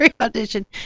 audition